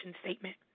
statement